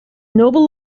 nobel